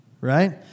Right